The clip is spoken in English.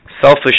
selfish